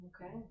Okay